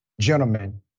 gentlemen